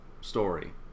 story